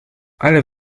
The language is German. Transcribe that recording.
alle